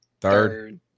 third